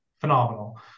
phenomenal